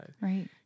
Right